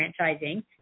franchising